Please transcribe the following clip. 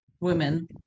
women